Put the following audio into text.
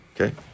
Okay